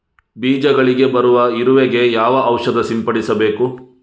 ಬೀಜಗಳಿಗೆ ಬರುವ ಇರುವೆ ಗೆ ಯಾವ ಔಷಧ ಸಿಂಪಡಿಸಬೇಕು?